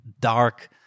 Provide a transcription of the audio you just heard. Dark